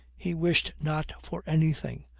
he wished not for anything,